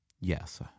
Yes